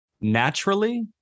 naturally